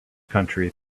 country